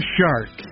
Shark